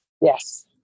Yes